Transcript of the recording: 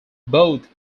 both